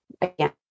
again